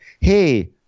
Hey